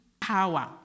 power